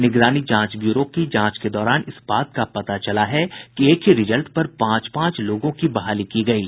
निगरानी जांच ब्यूरो की जांच के दौरान इस बात का पता चला है कि एक ही रिजल्ट पर पांच पांच लोगों की बहाली की गयी